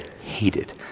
hated